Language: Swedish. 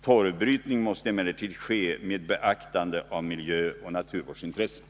Torvbrytning måste emellertid ske med beaktande av miljöoch naturvårdsintressen.